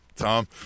Tom